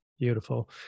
Beautiful